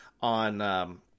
on